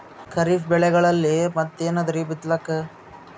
ಖರೀಫ್ ಬೆಳೆಗಳಲ್ಲಿ ಮತ್ ಏನ್ ಅದರೀ ಬಿತ್ತಲಿಕ್?